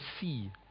see